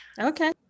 Okay